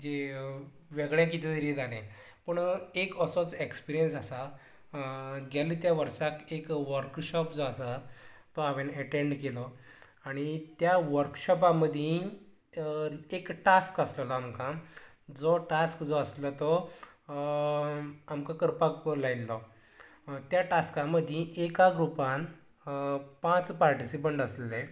जी वेगळें कितें तरी जालें पूण एक ओसोच एक्सपसियन्स आसा गेले त्या वर्साक एक वॉर्कशॉप जो आसा तो हांवेन एटँड केलो आनी त्या वर्कशॉपा मदीं एक टास्क आसललो आमकां जो टास्क जो आसलो तो आमकां करपाक प लायल्लो त्या टास्का मदीं एका ग्रुपान पांच पार्टिसिपंट आसले